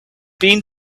been